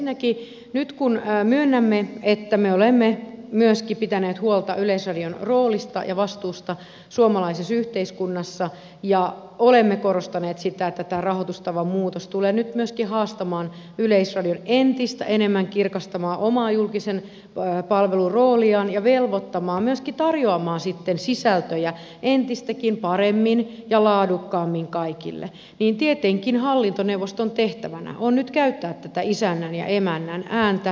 ensinnäkin nyt kun myönnämme että me olemme myöskin pitäneet huolta yleisradion roolista ja vastuusta suomalaisessa yhteiskunnassa ja olemme korostaneet sitä että tämä rahoitustavan muutos tulee nyt myöskin haastamaan yleisradion entistä enemmän kirkastamaan omaa julkisen palvelun rooliaan ja velvoittamaan myöskin tarjoamaan sitten sisältöjä entistäkin paremmin ja laadukkaammin kaikille niin tietenkin hallintoneuvoston tehtävänä on nyt käyttää tätä isännän ja emännän ääntä